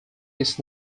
his